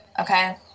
Okay